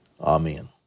Amen